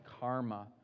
karma